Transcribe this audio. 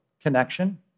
connection